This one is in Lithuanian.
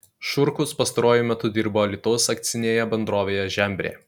šurkus pastaruoju metu dirbo alytaus akcinėje bendrovėje žembrė